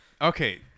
Okay